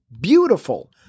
beautiful